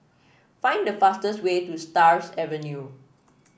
find the fastest way to Stars Avenue